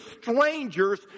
strangers